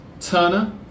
Turner